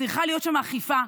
צריכה להיות שם אכיפה.